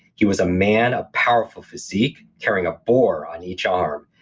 he was a man of powerful physique, carrying a bore on each arm.